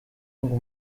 ngo